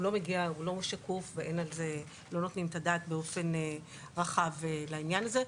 הוא לא שקוף ולא נותנים את הדעת באופן רחב על העניין הזה,